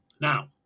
Now